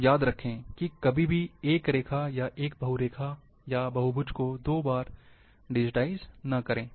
तो याद रखें कि कभी भी एक रेखा या एक बहुरेखा या बहुभुज को दो बार डिजिटाइज़ न करें